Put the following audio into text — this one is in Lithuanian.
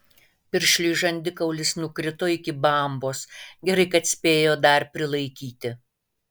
piršliui žandikaulis nukrito iki bambos gerai kad spėjo dar prilaikyti